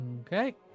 Okay